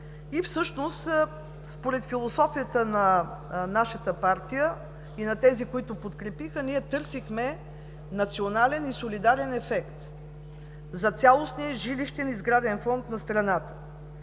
Всъщност според философията на нашата партия и на тези, които подкрепиха, ние търсихме национален и солидарен ефект за цялостния жилищен и сграден фонд на страната.